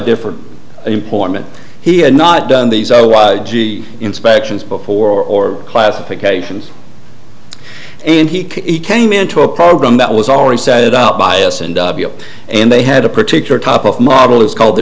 different employment he had not done these inspections before or classifications and he came into a program that was already set up by us and and they had a particular type of model is called the